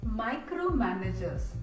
micromanagers